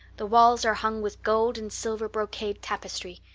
the walls are hung with gold and silver brocade tapestry.